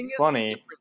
funny